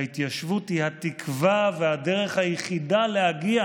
ההתיישבות היא התקווה והדרך היחידה להגיע,